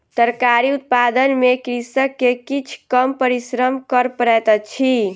तरकारी उत्पादन में कृषक के किछ कम परिश्रम कर पड़ैत अछि